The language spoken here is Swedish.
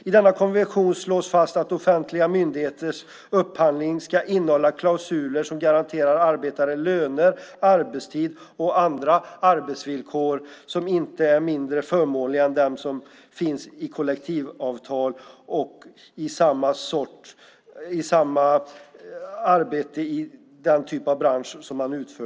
I denna konvention slås fast att offentliga myndigheters upphandling ska innehålla klausuler som garanterar arbetare löner, arbetstid och andra arbetsvillkor som inte är mindre förmånliga än de som finns i kollektivavtal för samma arbete i den typen av bransch.